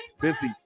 Busy